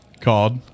Called